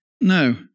no